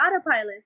Autopilot